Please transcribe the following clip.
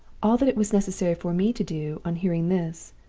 all that it was necessary for me to do, on hearing this,